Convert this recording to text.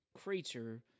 creature